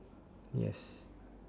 yes